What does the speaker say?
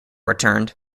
returned